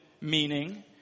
meaning